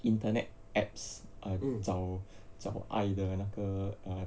internet apps err 找找爱的那个